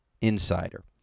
insider